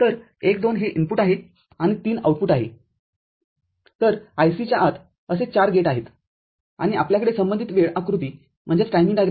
तर १२ हे इनपुटआहे आणि ३ आउटपुटआहेतर IC च्या आत असे ४ गेटआहेत आणि आपल्याकडे संबंधित वेळ आकृती असू शकते ठीक आहे